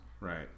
right